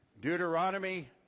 Deuteronomy